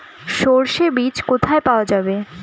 সর্ষে বিজ কোথায় পাওয়া যাবে?